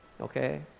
Okay